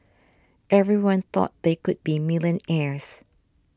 everyone thought they could be millionaires